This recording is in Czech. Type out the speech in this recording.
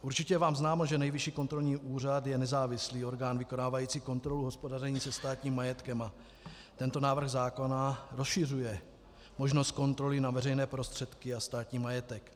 Určitě je vám známo, že Nejvyšší kontrolní úřad je nezávislý orgán vykonávající kontrolu hospodaření se státním majetkem, a tento návrh zákona rozšiřuje možnost kontroly na veřejné prostředky a státní majetek.